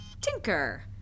Tinker